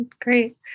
Great